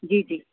जी जी